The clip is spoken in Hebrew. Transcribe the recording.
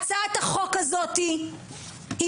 הצעת החוק הזאת היא מבורכת.